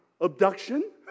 Abduction